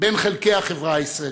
בין חלקי החברה הישראלית,